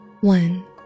One